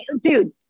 Dude